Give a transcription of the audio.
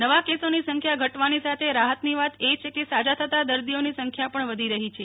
નવા કેસોની સંખ્યા ઘટવાની સાથે રાહતની વાત એ છે કે સાજા થતા દર્દીઓની સંખ્યા પણ વધી રહી છે